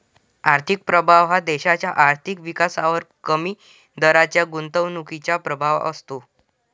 आर्थिक प्रभाव हा देशाच्या आर्थिक विकासावर कमी दराच्या गुंतवणुकीचा प्रभाव असतो